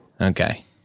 Okay